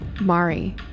Mari